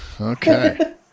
Okay